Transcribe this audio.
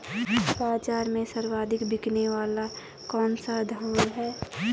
बाज़ार में सर्वाधिक बिकने वाला कौनसा धान है?